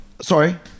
Sorry